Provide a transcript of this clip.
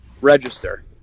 register